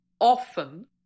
often